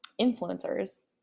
influencers